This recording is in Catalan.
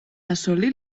assolit